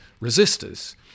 resistors